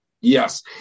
Yes